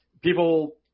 People